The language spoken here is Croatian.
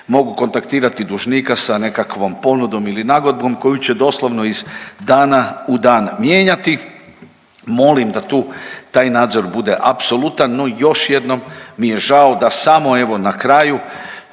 mogu kontaktirati dužnika sa nekakvom ponudom ili nagodbom koju će doslovno iz dana u dan mijenjati. Molim da tu taj nadzor bude apsolutan. No još jednom mi je žao da samo evo na kraju